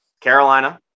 Carolina